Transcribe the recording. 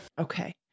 Okay